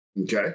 okay